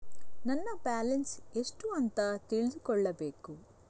ನನ್ನ ಬ್ಯಾಲೆನ್ಸ್ ಎಷ್ಟು ಅಂತ ತಿಳಿದುಕೊಳ್ಳಬೇಕು?